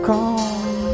Come